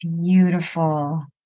Beautiful